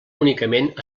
únicament